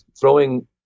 throwing